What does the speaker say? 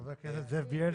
חבר הכנסת לשעבר זאב בילסקי,